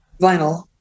vinyl